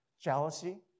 jealousy